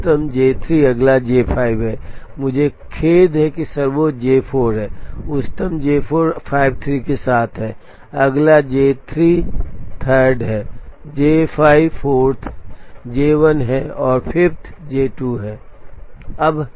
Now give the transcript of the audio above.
तो उच्चतम J3 अगला J5 है मुझे खेद है कि सर्वोच्च J4 है उच्चतम J4 53 के साथ है अगला J3 3rd है J5 4th J1 है और 5th J2 है